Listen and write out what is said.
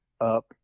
up